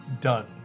Done